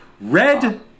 Red